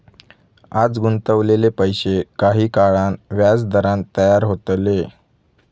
आज गुंतवलेले पैशे काही काळान व्याजदरान तयार होतले